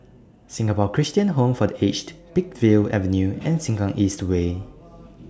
Singapore Christian Home For The Aged Peakville Avenue and Sengkang East Way